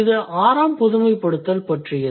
இது ஆறாம் பொதுமைப்படுத்தல் பற்றியது